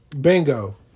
Bingo